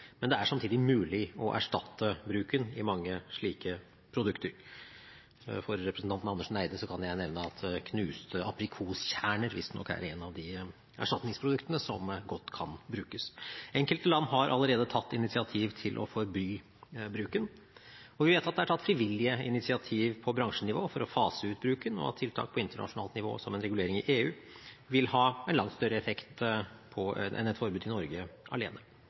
men det er samtidig mulig å erstatte bruken i mange slike produkter. For representanten Andersen Eide kan jeg nevne at knuste aprikoskjerner visstnok er et av de erstatningsproduktene som godt kan brukes. Enkelte land har allerede tatt initiativ til å forby bruken, og det er tatt frivillige initiativ på bransjenivå for å fase ut bruken. Tiltak på internasjonalt nivå, som en regulering i EU, vil ha en langt større effekt enn et forbud i Norge alene.